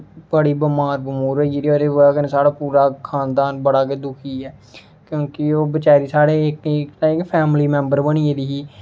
बड़ी बमार बमूर होई गेदी ऐ ते ओह्दी बजह् कन्नै साढ़ा पूरा खानदान बड़ा गै दुखी ऐ क्योंकि ओह् बचारी साढ़े ताहीं इक फैमली मेंबर बनी गेदी ही